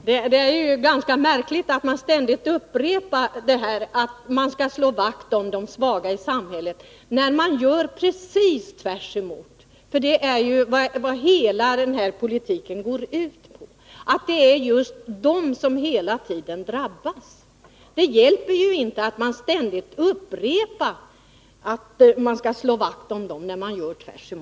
Herr talman! Det är ganska märkligt att man ständigt upprepar att man skall slå vakt om de svaga i samhället när man gör precis tvärtemot. Vad hela den här politiken går ut på är ju att det just är de svaga som hela tiden drabbas. Det hjälper inte att man ständigt upprepar att man skall slå vakt om dem när man gör tvärtom.